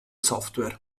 software